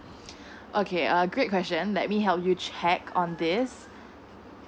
okay uh great question let me help you check on this